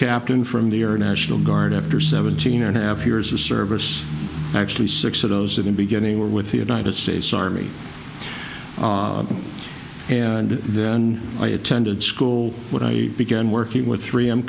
captain from the er national guard after seventeen and a half years of service actually six of those have been beginning where with the united states army and then i attended school what i began working with three